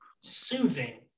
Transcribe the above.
soothing